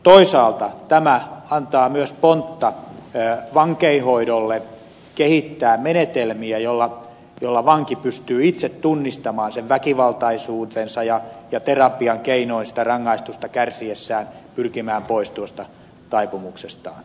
toisaalta tämä antaa myös pontta vankeinhoidolle kehittää menetelmiä joilla vanki pystyy itse tunnistamaan väkivaltaisuutensa ja terapian keinoin rangaistusta kärsiessään pyrkimään pois tuosta taipumuksestaan